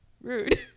Rude